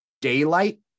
daylight